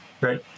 right